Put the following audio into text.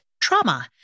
trauma